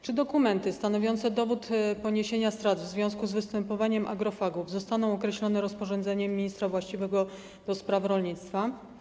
Czy dokumenty stanowiące dowód poniesienia strat w związku z występowaniem agrofagów zostaną określone rozporządzeniem ministra właściwego do spraw rolnictwa?